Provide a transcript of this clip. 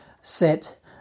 Set